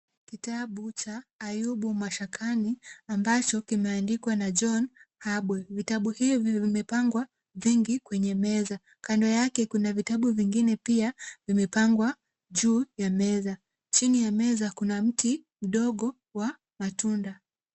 Kitabu cha Ayubu mashakani ambacho kimeandikwa na John Habwe, vitabu hivi vimepangwa vingi kwenye meza, kando yake kuna vitabu vingine pia vimepangwa juu ya meza, chini ya meza kuna mti mdogo wa matunda.